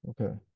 Okay